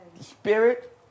spirit